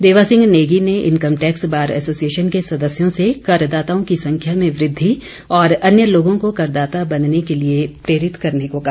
देवासिंह नेगी ने income tax bar association के सदस्यों से कर दाताओं की संख्या में वृद्धि और अन्य लोगों को करदाता बनने के लिए प्रेरित करने को कहा